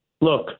look